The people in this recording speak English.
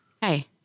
Hey